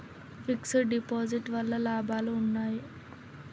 Fix డ్ deposit వల్ల లాభాలు ఉన్నాయి?